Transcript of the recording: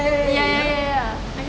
ya ya ya ya ya